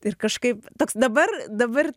ir kažkaip toks dabar dabar